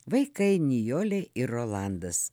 vaikai nijolė ir rolandas